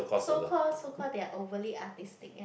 so call so call they are overly artistic ya